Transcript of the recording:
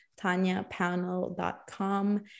tanyapanel.com